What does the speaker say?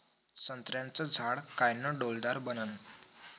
संत्र्याचं झाड कायनं डौलदार बनन?